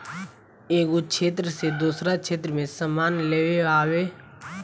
एगो क्षेत्र से दोसरा क्षेत्र में सामान लेआवे लेजाये खातिर सामान पर कर लगावल जाला